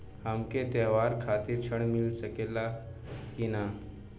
हमके त्योहार खातिर त्रण मिल सकला कि ना?